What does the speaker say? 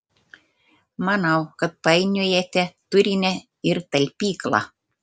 manau kad painiojate turinį ir talpyklą